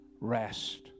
Rest